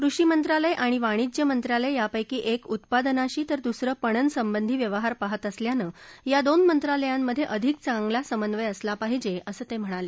कृषी मंत्रालय आणि वाणिज्य मंत्रालय यापैकी एक उत्पादनाशी तर दुसरं पणनसंबंधी व्यवहार पाहात असल्यानं या दोन मंत्रालयांमधे अधिक चांगला समन्वय असला पाहिजे असं ते म्हणाले